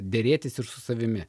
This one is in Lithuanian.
derėtis ir su savimi